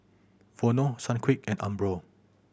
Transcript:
Vono Sunquick and Umbro